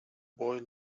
boy